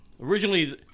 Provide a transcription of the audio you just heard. originally